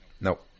nope